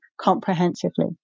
comprehensively